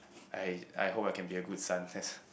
I I hope I can be a good son that's